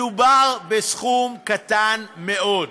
מדובר בסכום קטן מאוד,